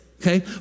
okay